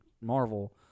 Marvel